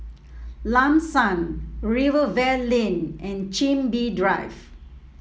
Lam San Rivervale Lane and Chin Bee Drive